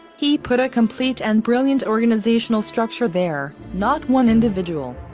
he put a complete and brilliant organizational structure there, not one individual.